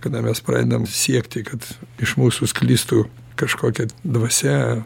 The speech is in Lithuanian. kada mes pradedam siekti kad iš mūsų sklistų kažkokia dvasia